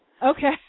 okay